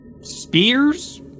spears